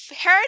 heard